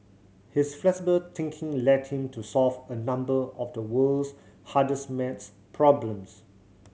his flexible thinking led him to solve a number of the world's hardest maths problems